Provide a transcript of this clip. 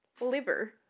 liver